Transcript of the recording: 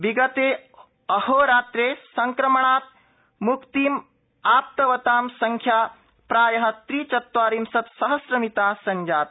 विगते अहोरात्रे संक्रमणात मुक्तिमावप्तवतां संख्या प्रायः त्रि चत्वारिंशतः सहस्रमिता संजाता